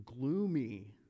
gloomy